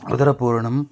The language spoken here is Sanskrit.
उदरपूर्णं